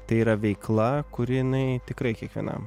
tai yra veikla kuri jinai tikrai kiekvienam